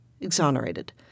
exonerated